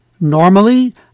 Normally